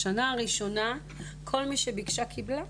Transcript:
בשנה הראשונה כל מי שביקשה קיבלה?